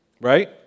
right